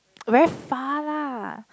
very far lah